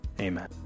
Amen